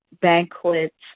banquets